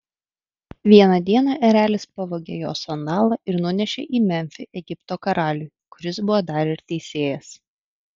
vieną dieną erelis pavogė jos sandalą ir nunešė į memfį egipto karaliui kuris buvo dar ir teisėjas